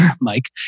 Mike